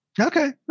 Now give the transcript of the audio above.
okay